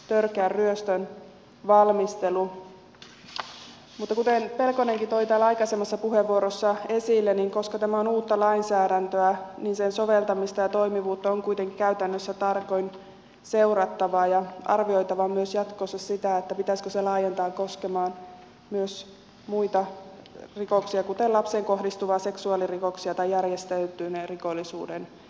kuten pelkonenkin toi täällä aikaisemmassa puheenvuorossa esille niin koska tämä on uutta lainsäädäntöä niin sen soveltamista ja toimivuutta on kuitenkin käytännössä tarkoin seurattava ja arvioitava myös jatkossa sitä pitäisikö se laajentaa koskemaan myös muita rikoksia kuten lapseen kohdistuvia seksuaalirikoksia tai järjestäytyneen rikollisuuden rikoksia